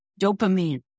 dopamine